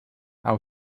how